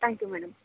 thank you madam